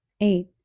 Eight